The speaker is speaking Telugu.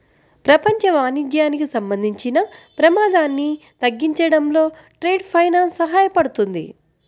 ప్రపంచ వాణిజ్యానికి సంబంధించిన ప్రమాదాన్ని తగ్గించడంలో ట్రేడ్ ఫైనాన్స్ సహాయపడుతుంది